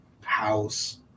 house